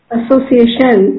association